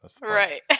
Right